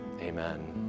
Amen